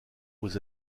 aux